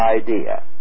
idea